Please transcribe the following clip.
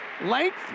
length